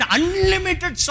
Unlimited